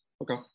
okay